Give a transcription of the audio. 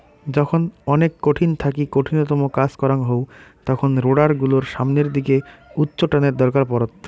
যখন অনেক কঠিন থাকি কঠিনতম কাজ করাং হউ তখন রোডার গুলোর সামনের দিকে উচ্চটানের দরকার পড়ত